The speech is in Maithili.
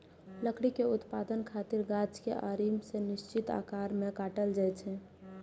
लकड़ी के उत्पादन खातिर गाछ कें आरी सं निश्चित आकार मे काटल जाइ छै